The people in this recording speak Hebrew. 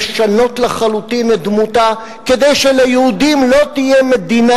לשנות לחלוטין את דמותה כדי שליהודים לא תהיה מדינה,